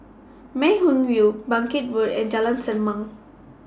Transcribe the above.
Mei Hwan View Bangkit Road and Jalan Selimang